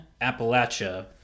Appalachia